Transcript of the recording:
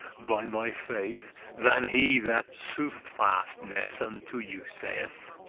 by my faith, than he that soothfastness unto you saith.